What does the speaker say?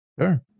sure